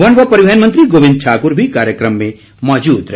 one व परिवहन मंत्री गोबिंद ठाकुर भी कार्यक्रम में मौजूद रहे